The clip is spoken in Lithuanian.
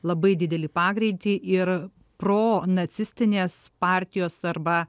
labai didelį pagreitį ir pronacistinės partijos arba